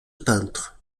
peintre